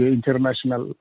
International